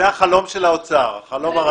זה החלום של האוצר, החלום הרטוב.